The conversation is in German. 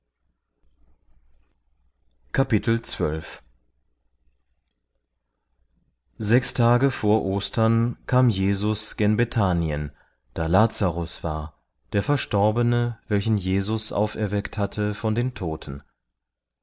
sechs tage vor ostern kam jesus gen bethanien da lazarus war der verstorbene welchen jesus auferweckt hatte von den toten